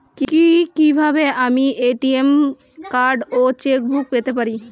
কি কিভাবে আমি এ.টি.এম কার্ড ও চেক বুক পেতে পারি?